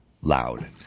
loud